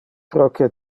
proque